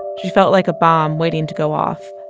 she felt like a bomb waiting to go off.